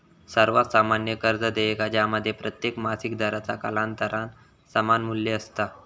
सर्वात सामान्य कर्ज देयका ज्यामध्ये प्रत्येक मासिक दराचा कालांतरान समान मू्ल्य असता